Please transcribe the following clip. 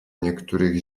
niektórych